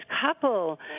couple